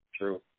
True